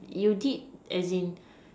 you did as in